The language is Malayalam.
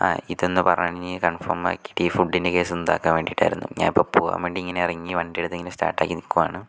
ആ ഇതൊന്ന് പറഞ്ഞ് കൺഫോം ആക്കിയിട്ട് ഈ ഫുഡ് എനിക്ക് സ്വന്തമാക്കാൻ വേണ്ടിയിട്ടായിരുന്നു ഞാൻ അപ്പോൾ പോകാൻ വേണ്ടി ഇങ്ങനെ ഇറങ്ങി വണ്ടി എടുത്തിങ്ങനെ സ്റ്റാർട്ടാക്കി നിൽക്കുകയാണ്